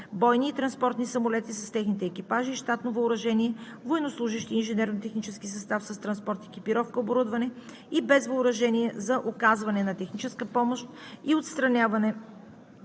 бойни и транспортни самолети с техните екипажи, щатно въоръжени военнослужещи, инженерно-технически състав с транспорт, екипировка, оборудване и без въоръжение за оказване на техническа помощ и отстраняване